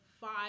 five